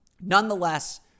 nonetheless